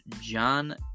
John